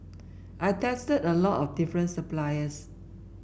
I tested a lot of different suppliers